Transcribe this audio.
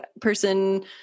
person